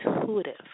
Intuitive